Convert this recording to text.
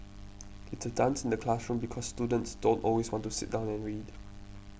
it's a dance in the classroom because students don't always want to sit down and read